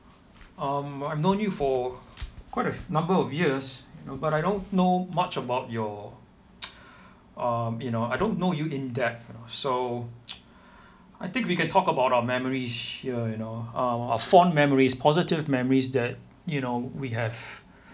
um I know you for quite a number of years you know but I don't know much about your um you know I don't know you in depth you know so I think we can talk about our memories here you know uh our fond memories positive memories that you know we have